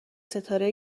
ستاره